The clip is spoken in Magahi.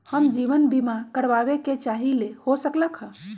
हम जीवन बीमा कारवाबे के चाहईले, हो सकलक ह?